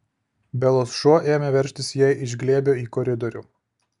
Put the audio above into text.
belos šuo ėmė veržtis jai iš glėbio į koridorių